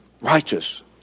Righteous